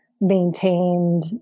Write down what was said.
maintained